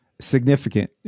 significant